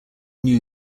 new